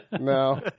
No